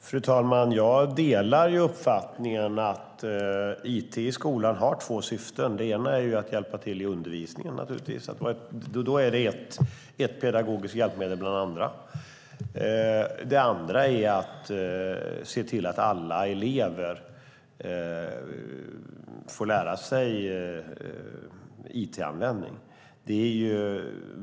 Fru talman! Jag delar uppfattningen att it i skolan har två syften. Det ena är naturligtvis att hjälpa till i undervisningen. Då är det ett pedagogiskt hjälpmedel bland andra. Det andra är att se till att alla elever får lära sig it-användning.